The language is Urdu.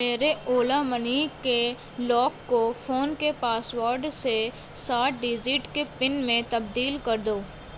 میرے اولا منی کے لاک کو فون کے پاس ورڈ سے سات ڈزٹ کے پن میں تبدیل کر دو